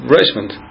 Richmond